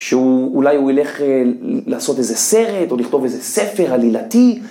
‫שאולי הוא ילך לעשות איזה סרט ‫או לכתוב איזה ספר עלילתי.